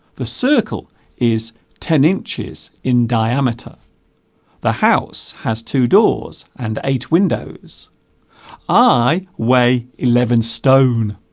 the circle is ten inches in diameter the house has two doors and eight windows i weigh eleven stone